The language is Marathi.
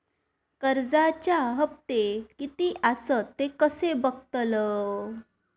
कर्जच्या हप्ते किती आसत ते कसे बगतलव?